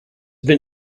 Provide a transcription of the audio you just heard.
been